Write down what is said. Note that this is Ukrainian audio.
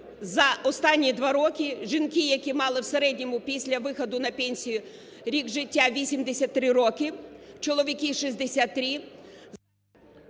за останні два роки жінки, які мали в середньому після виходу на пенсію рік життя 83 роки, чоловіки 63…